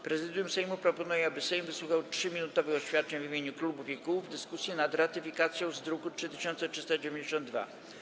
Prezydium Sejmu proponuje, aby Sejm wysłuchał 3-minutowych oświadczeń w imieniu klubów i kół w dyskusji nad ratyfikacją z druku 3392.